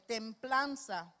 Templanza